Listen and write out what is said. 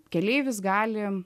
keleivis gali